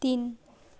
तिन